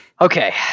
Okay